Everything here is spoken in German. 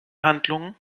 handlungen